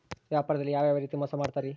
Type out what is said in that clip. ವ್ಯಾಪಾರದಲ್ಲಿ ಯಾವ್ಯಾವ ರೇತಿ ಮೋಸ ಮಾಡ್ತಾರ್ರಿ?